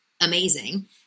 amazing